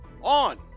on